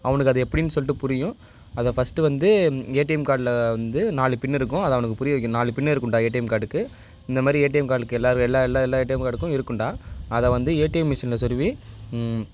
அவனுக்கு அது எப்படின்னு சொல்லிட்டு புரியும் அதை ஃபஸ்ட்டு வந்து ஏடிஎம் கார்டில் வந்து நாலு பின் இருக்கும் அதை அவனுக்கு புரிய வைக்கணும் நாலு பின் இருக்குண்டா ஏடிஎம் கார்டுக்கு இந்தமாதிரி ஏடிஎம் கார்டுக்கு எல்லா எல்லா எல்லா ஏடிஎம் கார்டுக்கும் இருக்குண்டா அதை வந்து ஏடிஎம் மிஷினில் சொருகி